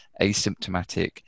asymptomatic